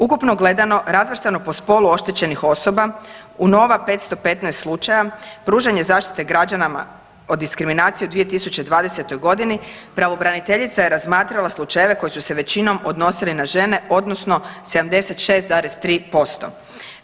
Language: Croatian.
Ukupno gledano razvrstano po spolu oštećenih osoba u nova 515 slučaja pružanje zaštite građanima o diskriminaciji u 2020. godini pravobraniteljica je razmatrala slučajeve koji su se većinom odnosili na žene, odnosno 76,3%